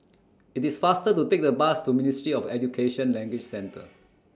IT IS faster to Take The Bus to Ministry of Education Language Centre